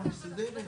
הדיון